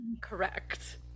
correct